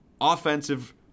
offensive